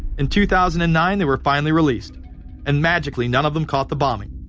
in two thousand and nine, they were finally released and magically none of them caught the bombing,